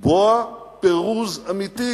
לתבוע פירוז אמיתי,